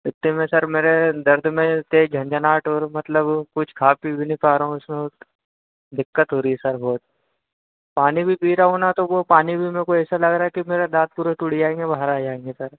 इतने में सर मेरे दर्द में तेज़ झनझनाहट और मतलब कुछ खा पी भी नहीं पा रहा हूँ इसमें बहुत दिक़्क़त हो रही है सर बहुत पानी भी पी रहा हूँ ना तो वह पानी भी मे को ऐसा लग रहा है कि मेरे दाँत पूरा टूट जाएंगे बाहर आ जाएंगे सर